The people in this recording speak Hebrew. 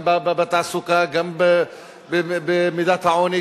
מ"תג מחיר" ועד ל"שוחרי המג"ב",